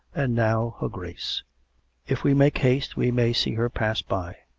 and now her grace if we make haste we may see her pass by.